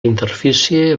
interfície